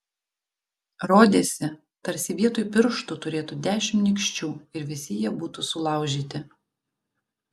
rodėsi tarsi vietoj pirštų turėtų dešimt nykščių ir visi jie būtų sulaužyti